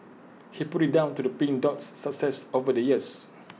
he put IT down to the pink Dot's success over the years